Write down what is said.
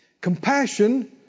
compassion